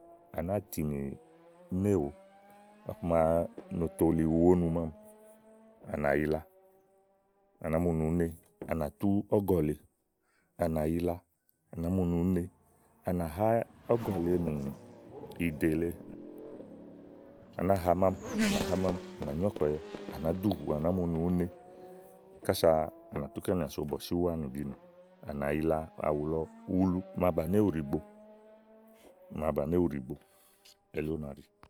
à nàáa tìnì néèwo ɔkuma no toli owónu mámi úni à nà yila, à náa mu ni ùú ne, úni à nà tú ɔ̀gɔ̀ lèe à nà yila à nàá mu ni ùú ne à nà ha ɔ́gɔ̀ lèe nì ìɖè lèe. à nàáa ha mámi à nà há mámi à nà nyó ɔ̀kùɛ̀yɛ á nàá duhù à nàá mu ni ùú ne kása à nà tú kɛnìà so bɔ̀sì úwaanì bìínì. à nà yila àwù lɔ ulu màa bàni éwu ɖíigbo màa bàni éwu ɖíigbo elí úna ɖi.